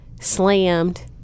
slammed